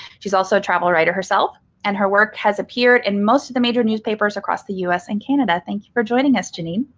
she's also a travel writer herself. and her work has appeared in most of the major newspapers across the us and canada. thank you for joining us, jeannine.